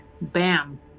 Bam